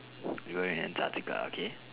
you're in Antarctica okay